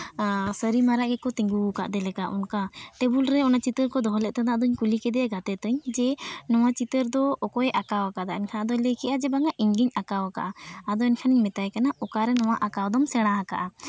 ᱥᱟᱹᱨᱤ ᱢᱟᱨᱟᱜ ᱜᱮᱠᱚ ᱛᱤᱸᱜᱩ ᱟᱠᱟᱫᱮ ᱞᱮᱠᱟ ᱚᱱᱠᱟ ᱴᱮᱵᱤᱞ ᱨᱮ ᱚᱱᱟ ᱪᱤᱛᱟᱹᱨ ᱠᱚ ᱫᱚᱦᱚ ᱞᱮᱫ ᱛᱟᱦᱮᱱᱟ ᱟᱫᱚᱧ ᱠᱩᱞᱤ ᱠᱮᱫᱮᱭᱟ ᱜᱟᱛᱮ ᱛᱤᱧ ᱡᱮ ᱱᱚᱣᱟ ᱪᱤᱛᱟᱹᱨ ᱫᱚ ᱚᱠᱚᱭᱮ ᱟᱸᱠᱟᱣ ᱟᱠᱟᱫ ᱟᱭ ᱟᱫᱚᱭ ᱞᱟᱹᱭ ᱠᱮᱫᱼᱟ ᱡᱮ ᱵᱟᱝ ᱤᱧᱜᱤᱧ ᱟᱸᱠᱟᱣ ᱟᱠᱟᱫᱼᱟ ᱟᱫᱚ ᱮᱱᱠᱷᱟᱱ ᱤᱧ ᱢᱮᱛᱟᱭ ᱠᱟᱱᱟ ᱚᱠᱟᱨᱮ ᱱᱚᱣᱟ ᱟᱸᱠᱟᱣ ᱫᱚᱢ ᱥᱮᱬᱟ ᱟᱠᱟᱫᱼᱟ